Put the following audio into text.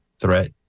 threat